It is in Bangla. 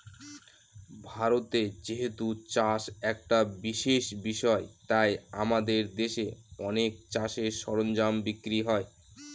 ভারতে যেহেতু চাষ একটা বিশেষ বিষয় তাই আমাদের দেশে অনেক চাষের সরঞ্জাম বিক্রি হয়